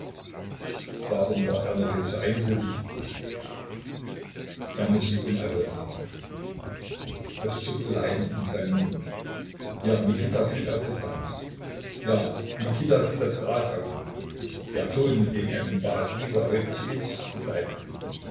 warum war er nur heute so einsilbig er muß sie unerhört lieben es zuckte leiden um seinen mund ja mikita fühlt auf distanzen ja mikita sieht das gras wachsen der ton mit dem er ihn bat isa heute zu iltis zu begleiten